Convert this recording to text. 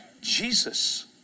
Jesus